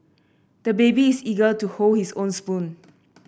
the baby is eager to hold his own spoon